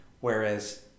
Whereas